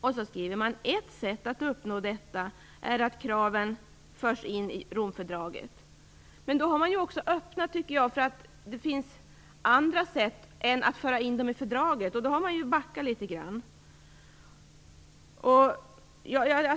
Det står så här: Ett sätt att uppnå detta är att kraven förs in i Romfördraget. Men det finns ju andra sätt än att föra in kraven i fördraget. Jag tycker att man har backat litet grand.